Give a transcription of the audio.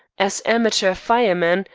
as amateur firemen,